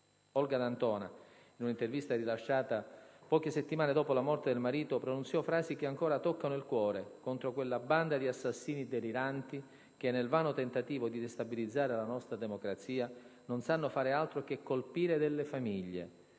Olga D'Antona, in un'intervista rilasciata poche settimane dopo la morte del marito, pronunciò frasi che ancora toccano il cuore, contro quella "banda di assassini deliranti" che, nel vano tentativo di destabilizzare la nostra democrazia, non sanno fare altro che "colpire delle famiglie,